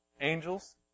angels